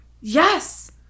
Yes